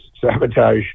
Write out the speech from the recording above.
sabotage